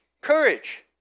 courage